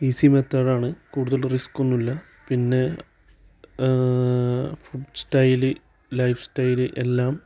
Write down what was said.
easy method ആണ് കൂടുതൽ റിസ്ക്കൊന്നും ഇല്ല പിന്നെ ഫുഡ് സ്റ്റൈല് ലൈഫ് സ്റ്റൈല് എല്ലാം